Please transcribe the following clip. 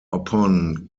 upon